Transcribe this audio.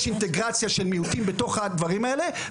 יש אינטגרציה של מיעוטים בתוך הדברים האלה.